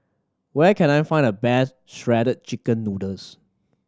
where can I find the best Shredded Chicken Noodles